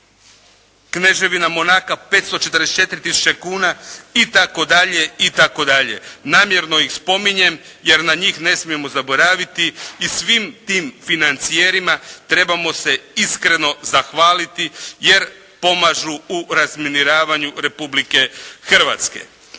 Kneževina Monaco 544000 kuna itd. itd. Namjerno ih spominjem, jer na njih ne smijemo zaboraviti i svim tim financijerima trebamo se iskreno zahvaliti, jer pomažu u razminiravanju Republike Hrvatske.